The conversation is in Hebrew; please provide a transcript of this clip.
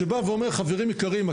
שבא ואומר חברים יקרים,